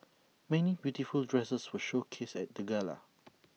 many beautiful dresses were showcased at the gala